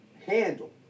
handle